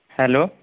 hello